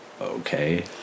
okay